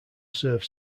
serve